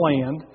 land